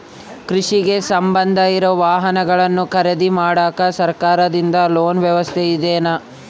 ಕೃಷಿಗೆ ಸಂಬಂಧ ಇರೊ ವಾಹನಗಳನ್ನು ಖರೇದಿ ಮಾಡಾಕ ಸರಕಾರದಿಂದ ಲೋನ್ ವ್ಯವಸ್ಥೆ ಇದೆನಾ?